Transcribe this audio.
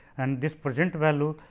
and this present value,